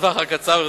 בטווח הקצר,